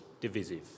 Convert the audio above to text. divisive